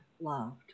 loved